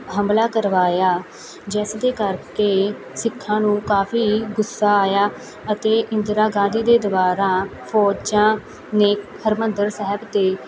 ਹਮਲਾ ਕਰਵਾਇਆ ਜਿਸ ਦੇ ਕਰਕੇ ਸਿੱਖਾਂ ਨੂੰ ਕਾਫ਼ੀ ਗੁੱਸਾ ਆਇਆ ਅਤੇ ਇੰਦਰਾ ਗਾਂਧੀ ਦੇ ਦੁਆਰਾ ਫੌਜਾਂ ਨੇ ਹਰਿਮੰਦਰ ਸਾਹਿਬ 'ਤੇ